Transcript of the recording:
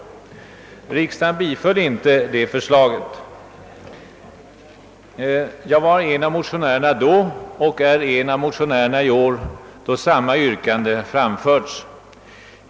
Riksdagen biföll inte vårt förslag. Jag var en av motionärerna då och är en av motionärerna i år, då samma yrkande framförts.